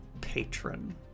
patron